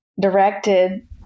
directed